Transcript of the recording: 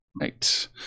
Right